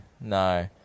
no